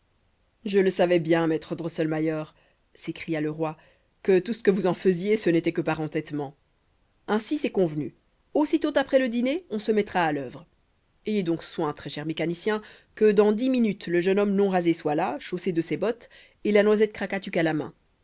je le savais bien maître drosselmayer s'écria le roi que tout ce que vous en faisiez ce n'était que par entêtement ainsi c'est convenu aussitôt après le dîner on se mettra à l'œuvre ayez donc soin très cher mécanicien que dans dix minutes le jeune homme non rasé soit là chaussé de ses bottes et la noisette krakatuk à la main